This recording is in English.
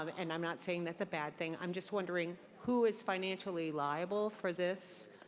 um and i'm not saying that's a bad thing. i'm just wonder ing, who is financially liable for this?